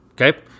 Okay